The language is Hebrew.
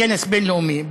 כנס בין-לאומי,